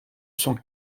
cent